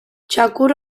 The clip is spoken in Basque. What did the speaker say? txakur